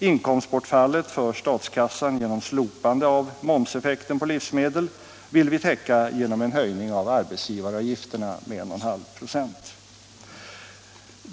Inkomstbortfallet för statskassan genom slopande av momsen på livsmedel vill vi täcka genom en höjning av arbetsgivaravgifterna med 11/2 96.